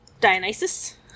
Dionysus